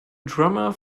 drummer